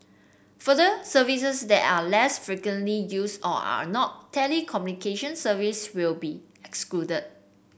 further services that are less frequently used or are not telecommunication service will be excluded